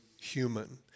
human